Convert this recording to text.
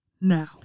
now